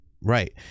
right